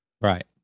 right